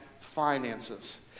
Finances